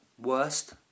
Worst